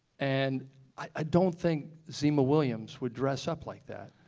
and i don't think zema williams would dress up like that.